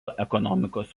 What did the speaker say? ekonomikos